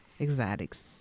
Exotics